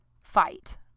fight